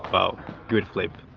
but good flip